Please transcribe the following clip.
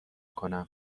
کنم